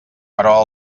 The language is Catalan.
però